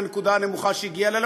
מהנקודה הנמוכה שהיא הגיעה אליה,